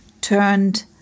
turned